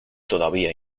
todavía